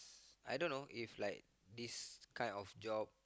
I don't know if like this kind of job